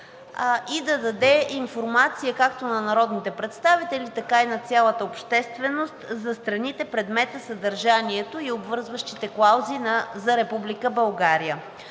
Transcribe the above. и да даде информация както на народните представители, така и на цялата общественост за страните, предмета, съдържанието и обвързващите клаузи за Република България.